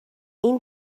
این